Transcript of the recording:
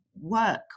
work